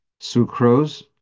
sucrose